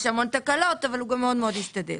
יש המון תקלות אבל הוא גם מאוד מאוד השתדל.